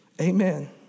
Amen